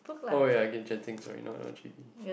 oh ya ya again Chan Ting we are not in j_b